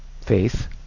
faith